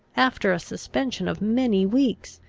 after a suspension of many weeks,